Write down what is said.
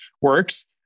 works